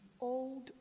old